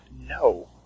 No